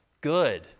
good